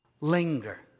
linger